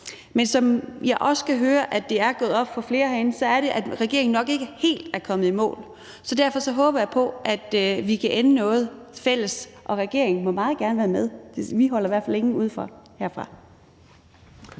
Men som jeg også kan høre det er gået op for flere herinde, er regeringen nok ikke helt kommet i mål. Så derfor håber jeg på, at vi kan ende med noget fælles, og regeringen må meget gerne være med. Vi holder i hvert fald ingen ude herfra.